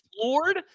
floored